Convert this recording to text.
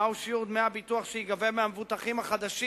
מה שיעור דמי הביטוח שייגבו מהמבוטחים החדשים?